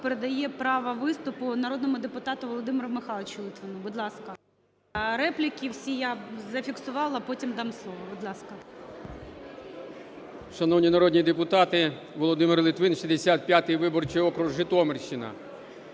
передає право виступу народному депутату Володимиру Михайловичу Литвину. Будь ласка. Репліки всі я зафіксувала, потім дам слово. Будь ласка. 16:37:28 ЛИТВИН В.М. Шановні народні депутати! Володимир Литвин, 65 виборчий округ, Житомирщина.